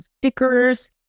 stickers